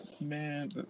man